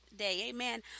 Amen